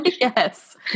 Yes